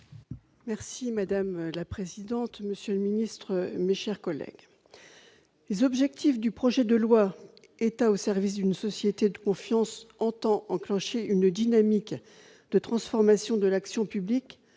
Merci madame la présidente, monsieur le Ministre, mes chers collègues, les objectifs du projet de loi état au service d'une société de confiance entend enclencher une dynamique de transformation de l'action publique